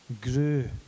grew